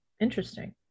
interesting